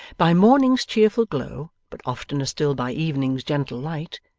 by morning's cheerful glow, but oftener still by evening's gentle light,